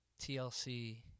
TLC